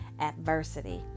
adversity